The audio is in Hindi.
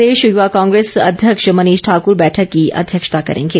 प्रदेश युवा कांग्रेस अध्यक्ष मनीष ठाकुर बैठक की अध्यक्षता करेंगे